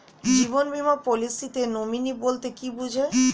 জীবন বীমা পলিসিতে নমিনি বলতে কি বুঝায়?